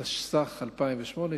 התשס"ח 2008,